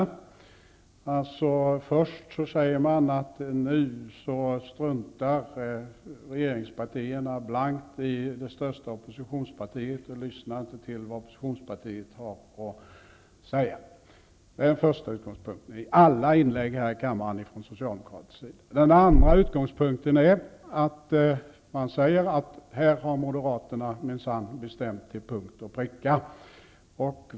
Först säger man i alla inlägg från socialdemokratisk sida, att nu struntar regeringspartierna blankt i det största oppositionspartiet och lyssnar inte till vad oppositionspartiet har att säga. Den andra utgångspunkten är att Moderaterna har här minsann bestämt till punkt och pricka.